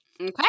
okay